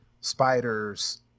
spiders